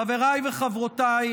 חבריי וחברותיי,